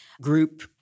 group